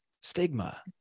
stigma